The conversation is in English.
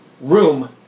room